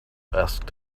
asked